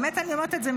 באמת אני אומרת את זה,